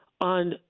on